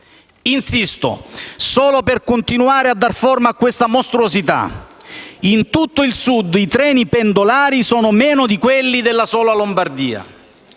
Insisto solo per continuare a dar forma a questa mostruosità: in tutto il Sud i treni pendolari sono meno di quelli della sola Lombardia.